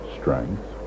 strength